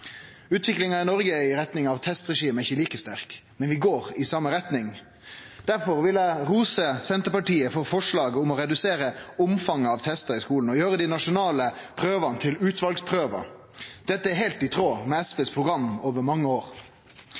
Utviklinga i Noreg i retning av eit testregime er ikkje like sterk, men vi går i same retning. Derfor vil eg rose Senterpartiet for forslaget om å redusere omfanget av testar i skolen og gjere dei nasjonale prøvene til utvalsprøver. Dette er heilt i tråd med SVs program over mange år.